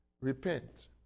Repent